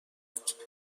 رفتم